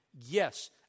yes